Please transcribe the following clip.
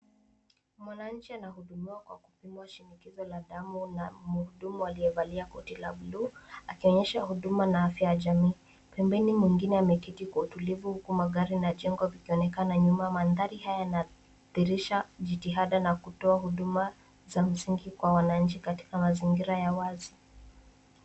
Mwananchi anahudumiwa kwa kupimwa shinikizo la damu na mhudumu aliyevalia koti la blue , akionyesha huduma na afya ya jamii. Pembeni mwingine ameketi kwa utulivu, huku magari na jengo vikionekana nyuma. Mandhari haya yanadhihirisha jitihada na kutoa huduma za msingi kwa wananchi katika mazingira ya wazi.